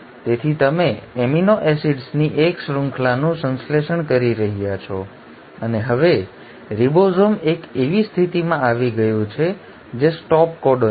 તેથી તમે એમિનો એસિડ્સની એક શૃંખલાનું સંશ્લેષણ કરી રહ્યા છો અને હવે રિબોસોમ એક એવી સ્થિતિમાં આવી ગયું છે જે સ્ટોપ કોડોન છે